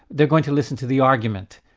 they're going to listen to the argument,